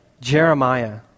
Jeremiah